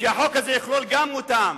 שהחוק הזה יכלול גם אותם.